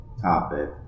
topic